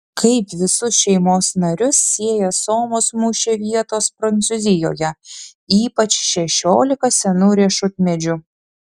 kaip visus šeimos narius sieja somos mūšio vietos prancūzijoje ypač šešiolika senų riešutmedžių